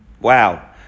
Wow